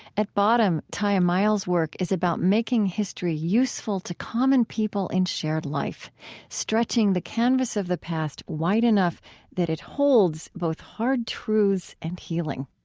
at bottom, tiya miles' work is about making history useful to common people in shared life stretching the canvas of the past wide enough that it holds both hard truths and healing